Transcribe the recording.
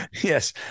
Yes